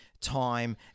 time